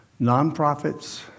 nonprofits